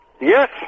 Yes